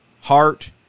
heart